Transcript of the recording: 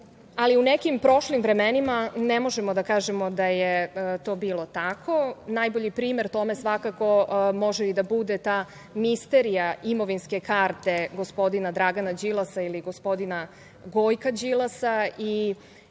u nekim prošlim vremenima ne možemo da kažemo da je to bilo tako. Najbolji primer tome svakako može i da bude ta misterija imovinske karte gospodina Dragana Đilasa ili gospodina Gojka Đilasa i